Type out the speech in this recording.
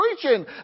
preaching